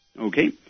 Okay